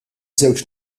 żewġ